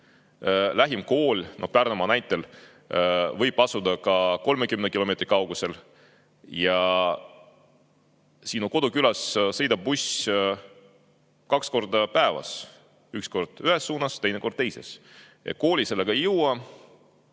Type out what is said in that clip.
lähim kool võib Pärnumaa näitel asuda ka 30 kilomeetri kaugusel, ja sinu kodukülas sõidab buss kaks korda päevas, üks kord ühes suunas, teine kord teises. Kooli sellega ei jõua